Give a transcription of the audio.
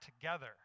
together